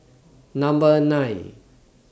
nine